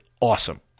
awesome